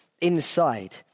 inside